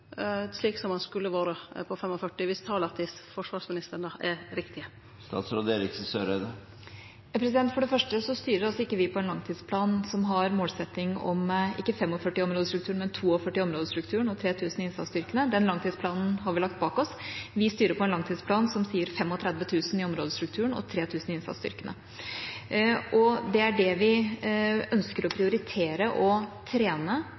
han skulle vore – på 45 000, viss tala til forsvarsministeren er riktige? For det første styrer ikke vi etter en langtidsplan som har målsetting om – ikke 45 000 i områdestrukturen, men – 42 000 i områdestrukturen og 3 000 i innsatsstyrkene, den langtidsplanen har vi lagt bak oss. Vi styrer etter en langtidsplan som sier 35 000 i områdestrukturen og 3 000 i innsatsstyrkene. Det er det vi ønsker å prioritere å trene,